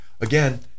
Again